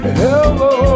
hello